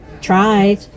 Tried